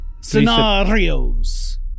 Scenarios